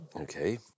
Okay